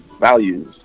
values